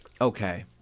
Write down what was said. Okay